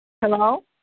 Hello